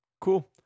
cool